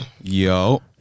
yo